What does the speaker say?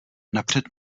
napřed